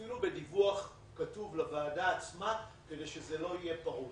אפילו בדיווח כתוב לוועדה עצמה כדי שזה לא יהיה פרוץ.